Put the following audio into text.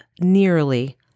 nearly